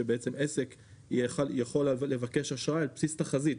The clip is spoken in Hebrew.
שעסק יכול לבקש אשראי על בסיס תחזית,